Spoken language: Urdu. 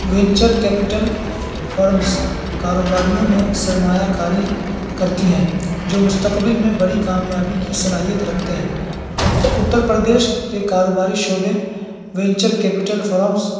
وینچر کیپیٹل فارمز کاروباریوں میں سرمایہ کاری کرتی ہیں جو مستقبل میں بڑی کامیابی کی صلاحیت رکھتے ہیں اتر پردیش کے کاروباری شعبے وینچر کیپیٹل فرمز